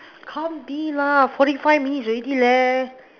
can't be lah forty five minutes already leh